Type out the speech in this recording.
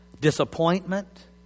disappointment